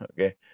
Okay